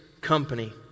company